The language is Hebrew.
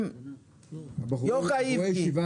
יוחאי איבגי.